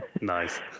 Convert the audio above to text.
Nice